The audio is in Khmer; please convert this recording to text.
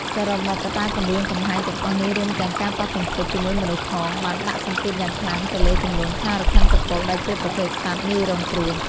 សរុបមក កត្តាគំរាមកំហែងទាំងអស់នេះ រួមទាំងការប៉ះទង្គិចជាមួយមនុស្សផង បានដាក់សម្ពាធយ៉ាងខ្លាំងទៅលើចំនួនខ្លារខិនពពក ដែលជាប្រភេទសត្វ ងាយរងគ្រោះ។